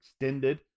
extended